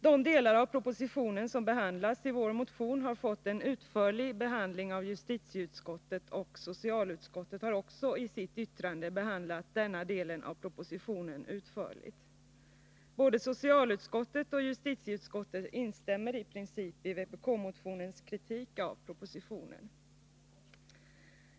De delar av propositionen som behandlas i vår motion har fått en utförlig behandling av justitieutskottet, och socialutskottet har också i sitt yttrande behandlat denna del av propositionen utförligt. Både socialutskottet och justitieutskottet instämmer i princip i vpk-motionens kritik av propositionen.